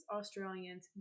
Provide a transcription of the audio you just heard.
Australians